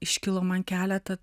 iškilo man keletą